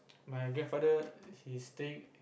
my grandfather he staying